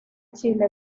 chile